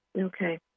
Okay